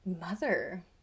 mother